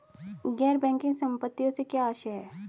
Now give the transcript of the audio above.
गैर बैंकिंग संपत्तियों से क्या आशय है?